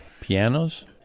Pianos